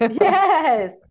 Yes